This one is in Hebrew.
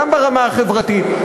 גם ברמה החברתית,